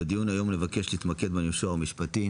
בדיון היום נתבקש להתמקד במישור המשפטי,